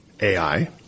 AI